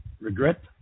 regret